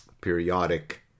periodic